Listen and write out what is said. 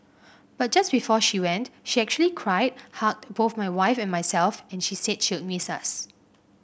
but just before she went she actually cried hugged both my wife and myself and she said she'd miss us